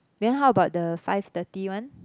then how about the five thirty one